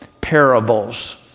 parables